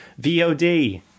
VOD